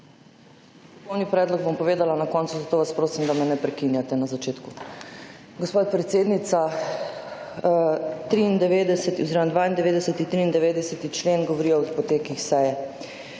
zato vas prosim, da me ne prekinjate na začetku. Gospa predsednica, 93. oziroma 92., 93. člen govorijo o potekih seje.